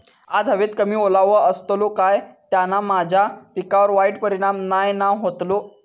आज हवेत कमी ओलावो असतलो काय त्याना माझ्या पिकावर वाईट परिणाम नाय ना व्हतलो?